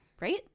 Right